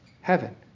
heaven